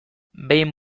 behin